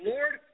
Lord